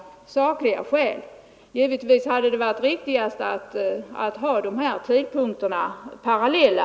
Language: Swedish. Givetvis hade det varit riktigast att låta de båda tidpunkterna sammanfalla.